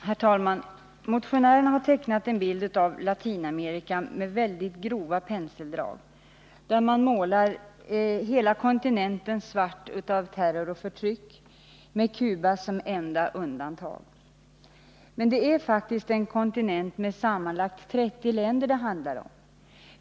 Herr talman! Motionärerna har tecknat en bild av Latinamerika med väldigt grova penseldrag, där man målar hela kontinenten svart av terror och förtryck med Cuba som enda undantag. Men det handlar faktiskt om en kontinent med sammanlagt 30 länder.